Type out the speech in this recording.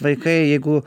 vaikai jeigu